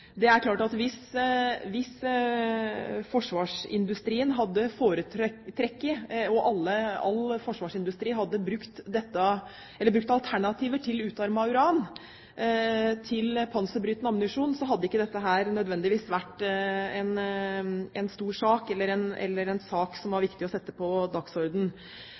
Det er klart at hvis all forsvarsindustri hadde brukt alternativer til utarmet uran i panserbrytende ammunisjon, hadde ikke dette nødvendigvis vært en stor sak eller en sak som det var viktig å sette på